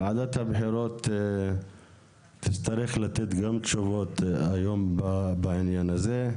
וועדת הבחירות תצטרך לתת גם תשובות היום בעניין הזה,